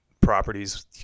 properties